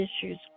issues